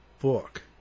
book